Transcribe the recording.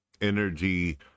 Energy